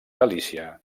galícia